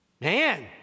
Man